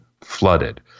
flooded